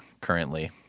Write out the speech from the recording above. currently